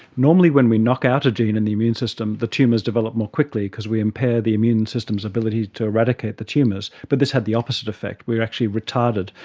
normally when we knock out a gene in the immune system the tumours develop more quickly because we impair the immune system's ability to eradicate the tumours, but this had the opposite effect, we actually retarded,